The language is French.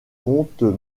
content